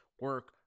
Work